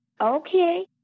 Okay